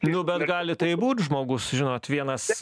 nu bet gali taip būt žmogus žinot vienas